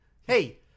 Hey